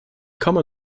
komme